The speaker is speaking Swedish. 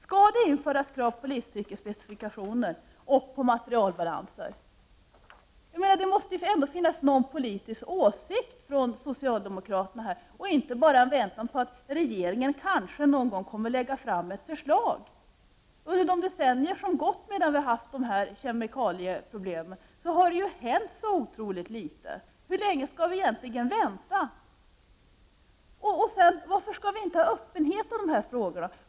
Skall det införas krav på livscykelspecifikationer och på materialbalanser? Det måste väl ändå finnas någon politisk åsikt hos socialdemokraterna. De kan ju inte bara sitta och vänta och säga att regeringen kanske någon gång kommer att lägga fram ett förslag. Under de decennier som gått medan vi haft de här kemikalieproblemen har det ju hänt så otroligt litet. Hur länge skall vi egentligen vänta? Varför skall vi inte ha öppenhet kring de här frågorna?